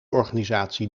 organisatie